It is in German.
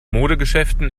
modegeschäften